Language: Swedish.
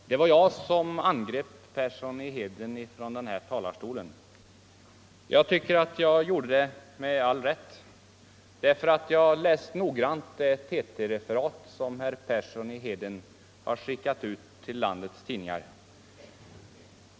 Herr talman! Det var jag som angrep herr Persson i Heden ifrån denna talarstol. Jag tycker att jag gjorde det med all rätt. Jag har noggrant läst det TT-referat som herr Persson i Heden har skickat ut till landets tidningar.